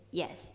yes